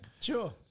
Sure